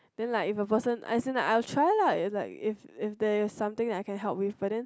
then like if a person I still like I will try lah if like if if I there something I can help with but then